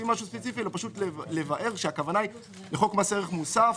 משהו ספציפי אלא פשוט לבאר שהכוונה היא לחוק מס ערך מוסף,